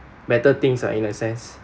better things ah in that sense